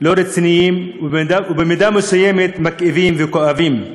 לא רציניים, ובמידה מסוימת מכאיבים וכואבים,